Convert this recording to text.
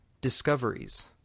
discoveries